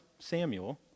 Samuel